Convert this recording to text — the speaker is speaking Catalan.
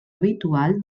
habitual